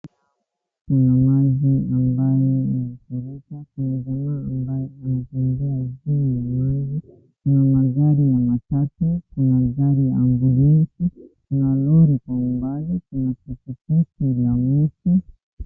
Kuna maji ambayo yamefurika, kuna jamaa ambaye anatembea juu ya maji, kuna magari na matatu, kuna gari la ambulensi, kuna lori kwa umbali, kuna pikipiki ya mtu.